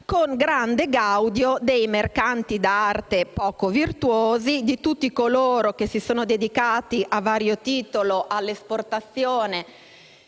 con grande gaudio dei mercanti d'arte poco virtuosi, di tutti coloro che si sono dedicati a vario titolo all'esportazione